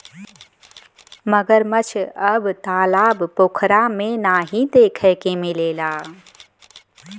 मगरमच्छ अब तालाब पोखरा में नाहीं देखे के मिलला